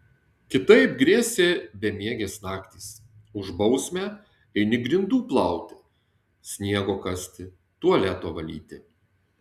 kitaip grėsė bemiegės naktys už bausmę eini grindų plauti sniego kasti tualeto valyti